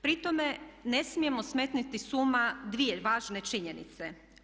Pri tome ne smijemo smetnuti s uma dvije važne činjenice.